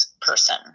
person